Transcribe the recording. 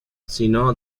sino